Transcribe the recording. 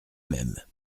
même